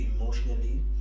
emotionally